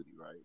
right